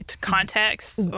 context